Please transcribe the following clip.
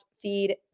feed